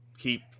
keep